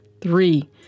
Three